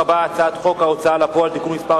הצעת החוק הבאה: הצעת חוק ההוצאה לפועל (תיקון מס'